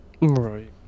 Right